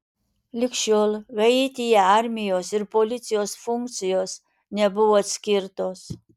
lig šiol haityje armijos ir policijos funkcijos nebuvo atskirtos